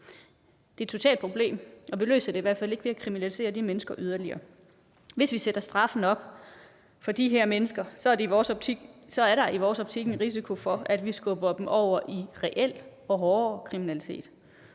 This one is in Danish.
Det er et socialt problem, og vi løser det i hvert fald ikke ved at kriminalisere de mennesker yderligere. Hvis vi sætter straffen op for de her mennesker, er der i vores optik en risiko for, at vi skubber dem over i reel og hårdere kriminalitet.